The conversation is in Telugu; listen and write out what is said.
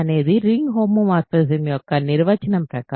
అనేది రింగ్ హోమోమోర్ఫిజం యొక్క నిర్వచనం ప్రకారం